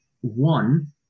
One